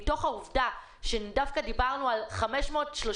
מתוך העובדה שדווקא דיברנו על 530